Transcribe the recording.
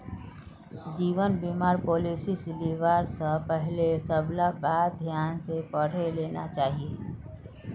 जीवन बीमार पॉलिसीस लिबा स पहले सबला बात ध्यान स पढ़े लेना चाहिए